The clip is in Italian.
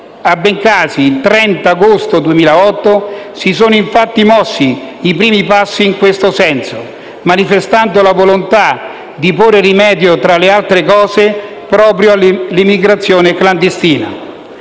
a Bengasi il 30 agosto 2008, si sono infatti mossi i primi passi in questo senso, manifestando la volontà di porre rimedio, tra le altre cose, proprio all'immigrazione clandestina.